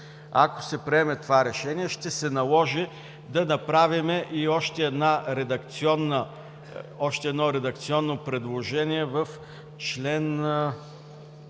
Ако се приеме това решение, ще се наложи да направим и още едно редакционно предложение в чл.